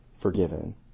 forgiven